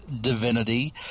divinity